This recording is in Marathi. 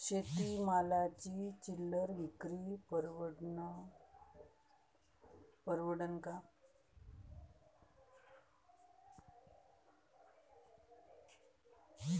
शेती मालाची चिल्लर विक्री परवडन का?